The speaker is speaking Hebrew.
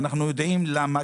ואנחנו יודעים למה,